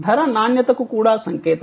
ధర నాణ్యతకు కూడా సంకేతం